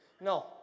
No